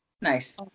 nice